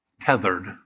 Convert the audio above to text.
tethered